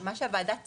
מה שהוועדה תיקנה,